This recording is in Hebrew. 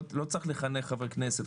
לא צריך לחנך חברי כנסת.